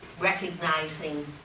recognizing